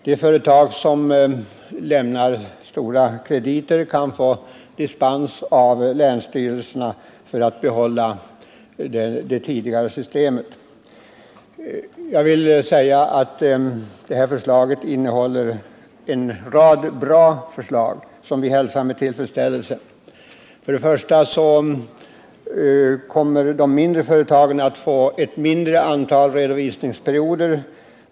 De företag som lämnar stora krediter kan få dispens av länsstyrelserna för att behålla det tidigare systemet. Det nya förslaget innehåller en rad bra punkter, som vi hälsar med tillfredsställelse. Först och främst kommer de mindre företagen att få ett mindre antal redovisningsperioder.